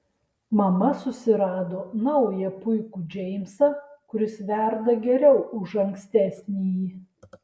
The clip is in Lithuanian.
mama susirado naują puikų džeimsą kuris verda geriau už ankstesnįjį